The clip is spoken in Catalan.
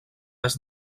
has